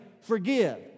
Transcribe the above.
forgive